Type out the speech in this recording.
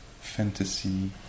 fantasy